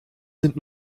sind